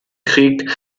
krieg